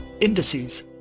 Indices